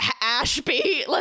Ashby